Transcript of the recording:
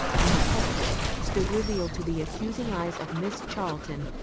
and the culprits stood revealed to the accusing eyes of miss charlton,